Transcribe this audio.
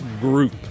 group